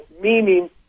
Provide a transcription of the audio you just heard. meaning